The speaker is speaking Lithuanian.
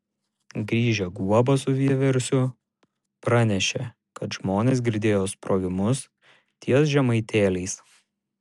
grįžę guoba su vieversiu pranešė kad žmonės girdėjo sprogimus ties žemaitėliais